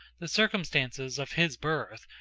the circumstances of his birth,